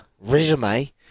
resume